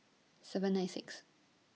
seven nine six